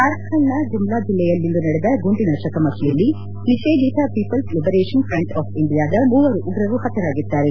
ಜಾರ್ಖಂಡ್ನ ಗುಮ್ತಾ ಜಿಲ್ಲೆಯಲ್ಲಿಂದು ನಡೆದ ಗುಂಡಿನ ಚಕಮಕಿಯಲ್ಲಿ ನಿಷೇಧಿತ ಪೀಪಲ್ಲ್ ಲಿಬರೇಷನ್ ಫ್ರೆಂಟ್ ಆಫ್ ಇಂಡಿಯಾದ ಮೂವರು ಉಗ್ರರು ಹತರಾಗಿದ್ದಾರೆ